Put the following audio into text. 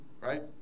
Right